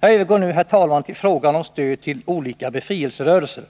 Jag övergår nu, herr talman, till frågan om stöd till olika befrielserörelser